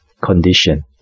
condition